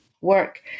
work